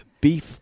Beef